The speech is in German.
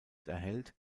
erhält